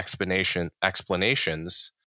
explanations